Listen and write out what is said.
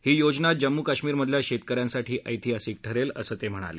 ही योजना जम्मू कश्मिरमधल्या शेतक यांसाठी ऐतिहासिक ठरेल असं ते म्हणाले